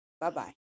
Bye-bye